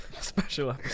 special